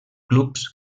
clubs